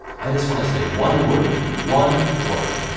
i just want to say one word to you. one word.